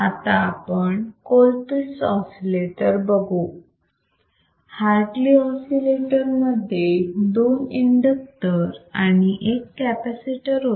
आता आपण Colpitts oscillator बघू हार्टली ऑसिलेटर मध्ये दोन इंडक्टर आणि एक कॅपॅसिटर होता